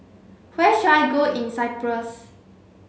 where should I go in Cyprus